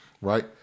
right